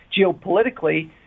geopolitically